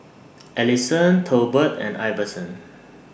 Alisson Tolbert and Iverson